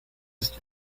ist